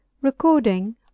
Recording